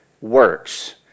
works